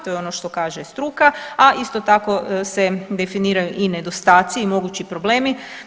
To je ono što kaže struka, a isto tako se definiraju i nedostaci i mogući problemi.